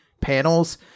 panels